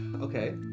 Okay